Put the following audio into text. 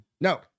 No